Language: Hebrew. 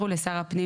אז אפשר לעבור הלאה?